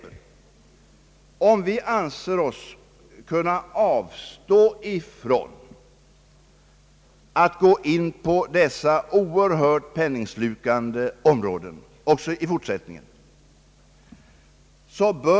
Därför får vi av vår försvarsbudget ut relativt sett mer än andra genom denna envisa koncentration till vissa speciella vapensystem i vårt invasionsförsvar, alltså rent defensiva vapensystem.